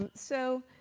and so